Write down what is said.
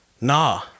nah